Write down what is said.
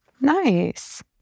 Nice